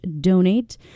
donate